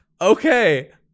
Okay